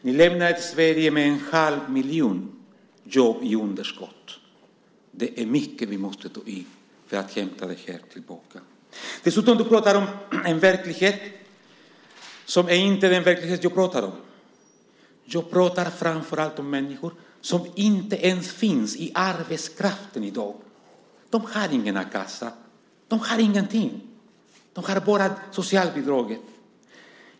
Ni lämnar ett Sverige med en halv miljon jobb i underskott. Det är mycket vi måste göra för att hämta tillbaka detta. Dessutom pratar du om en verklighet som inte är den verklighet jag pratar om. Jag pratar framför allt om människor som inte ens finns i arbetskraften i dag. De har ingen a-kassa. De har ingenting. De har bara socialbidraget.